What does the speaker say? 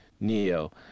Neo